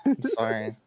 Sorry